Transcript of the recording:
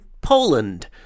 Poland